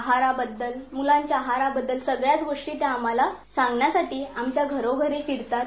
आहाराबद्दल मुलांच्याआहाराबद्दलसगळ्याचगोष्टीआम्हालासांगण्यासाठीआमच्याघरोघरीफिरतात